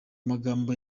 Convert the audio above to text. magambo